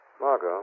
Margot